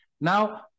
Now